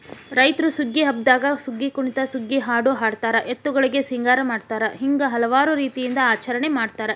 ರೈತ್ರು ಸುಗ್ಗಿ ಹಬ್ಬದಾಗ ಸುಗ್ಗಿಕುಣಿತ ಸುಗ್ಗಿಹಾಡು ಹಾಡತಾರ ಎತ್ತುಗಳಿಗೆ ಸಿಂಗಾರ ಮಾಡತಾರ ಹಿಂಗ ಹಲವಾರು ರೇತಿಯಿಂದ ಆಚರಣೆ ಮಾಡತಾರ